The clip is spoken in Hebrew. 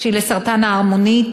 לסרטן הערמונית.